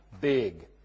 Big